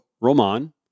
Roman